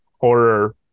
horror